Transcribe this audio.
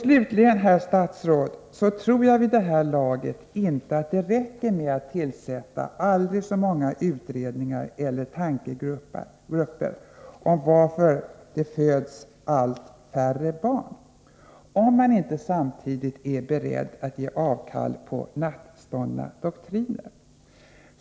Slutligen, herr statsråd, tror jag att det vid det här laget inte räcker med att tillsätta aldrig så många utredningar eller tankegrupper om varför det föds allt färre barn, om man inte samtidigt är beredd att ge avkall på nattståndna doktriner.